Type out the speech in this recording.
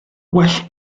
well